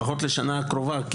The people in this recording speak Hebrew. לפחות לשנה הקרובה,